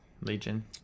Legion